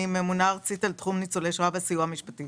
אני ממונה ארצית על תחום ניצולי שואה בסיוע המשפטי